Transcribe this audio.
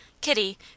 Kitty